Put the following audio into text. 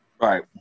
Right